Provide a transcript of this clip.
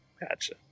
Gotcha